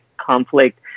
conflict